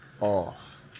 off